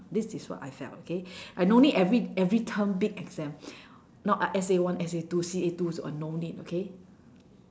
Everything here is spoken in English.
this is what I felt okay I no need every every term big exam not S_A one S_A two C_A two uh no need okay